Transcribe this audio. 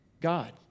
God